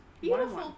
Beautiful